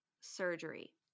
surgery